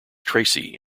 tracy